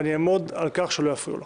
ואעמוד על כך שלא יפריעו לו.